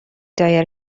دایر